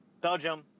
Belgium